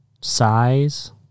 size